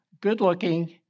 good-looking